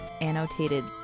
annotated